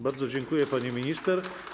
Bardzo dziękuję, pani minister.